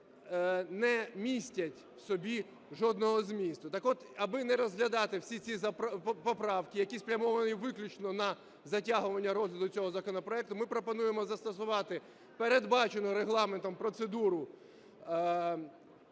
не містять в собі жодного змісту. Так от, аби не розглядати всі ці поправки, які спрямовані виключно на затягування розгляду цього законопроекту, ми пропонуємо застосувати передбачену Регламентом процедуру